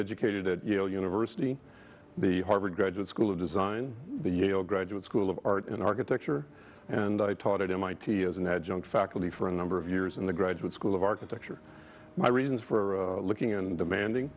educated at yale university the harvard graduate school of design the yale graduate school of art in architecture and i taught at mit as an adjunct faculty for a number of years in the graduate school of architecture my reasons for looking and demanding